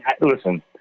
Listen